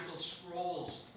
scrolls